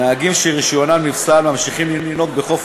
נהגים שרישיונם נפסל ממשיכים לנהוג בחוף